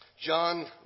John